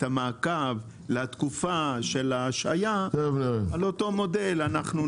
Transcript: המעקב לתקופה של ההשהיה על אותו מודל.